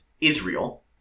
Israel